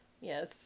Yes